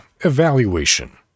evaluation